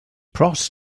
prost